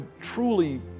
truly